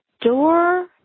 door